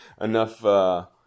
enough